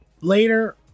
Later